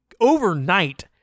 overnight